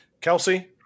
Kelsey